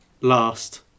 Last